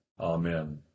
Amen